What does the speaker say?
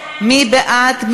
מי בעד?